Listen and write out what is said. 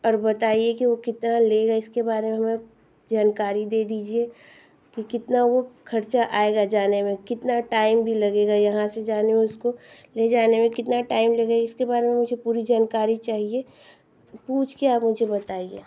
और बताइए कि वो कितना लेगा इसके बारे में हमें जानकारी दे दीजिए कि कितना वो खर्चा आएगा जाने में कितना टाइम भी लगेगा यहाँ से जाने में उसको ले जाने में कितना टाइम लगे इसके बारे में मुझे पूरी जानकारी चाहिए पूछ कर आप मुझे बताइए